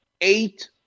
eight